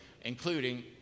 including